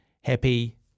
Happy